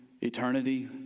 eternity